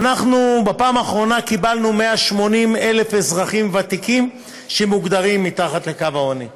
בפעם האחרונה קיבלנו 180,000 אזרחים ותיקים שמוגדרים מתחת לקו העוני,